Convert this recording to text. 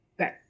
Okay